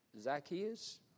Zacchaeus